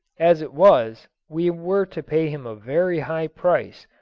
as it was, we were to pay him a very high price,